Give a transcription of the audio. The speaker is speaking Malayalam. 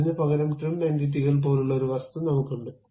അതിനുപകരം ട്രിം എന്റിറ്റികൾ പോലുള്ള ഒരു വസ്തു നമുക്കുണ്ട്